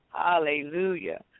Hallelujah